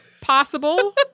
possible